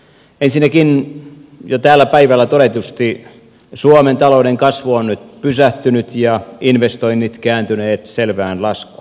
ensinnäkin jo täällä päivällä todetusti suomen talouden kasvu on nyt pysähtynyt ja investoinnit kääntyneet selvään laskuun